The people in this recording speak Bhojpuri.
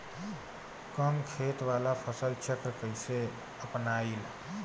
कम खेत वाला फसल चक्र कइसे अपनाइल?